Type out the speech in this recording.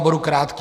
Budu krátký.